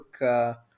look